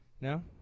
No